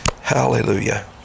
Hallelujah